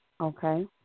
Okay